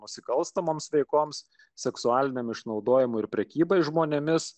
nusikalstamoms veikoms seksualiniam išnaudojimui ir prekybai žmonėmis